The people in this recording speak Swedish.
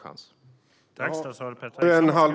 Statsrådet får en ny chans.